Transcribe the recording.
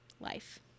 life